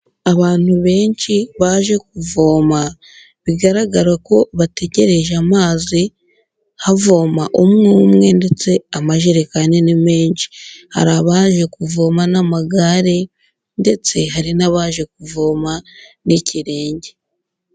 Abantu benshi baje kuvoma, bigaragara ko bategereje amazi, havoma umwe, umwe ndetse amajerekani ni menshi, hari abaje kuvoma n'amagare, ndetse hari n'abaje kuvoma n'ikirenge.